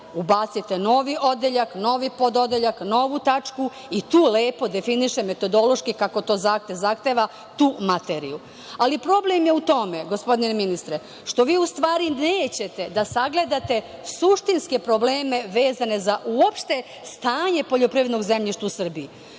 ubacite novi odeljak, novi pododeljak, novu tačku i tu lepo definiše, metodološki, kako to zahtev zahteva tu materiju. Ali, problem je u tome, gospodine ministre, što vi u stvari nećete da sagledate suštinske probleme vezane za uopšte stanje poljoprivrednog zemljišta u Srbiji,